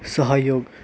सहयोग